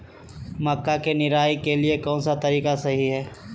मक्का के निराई के लिए कौन सा तरीका सही है?